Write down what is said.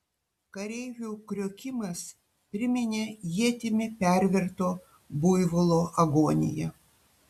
kareivių kriokimas priminė ietimi perverto buivolo agoniją